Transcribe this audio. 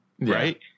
right